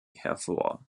hervor